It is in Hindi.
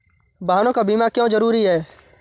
वाहनों का बीमा क्यो जरूरी है?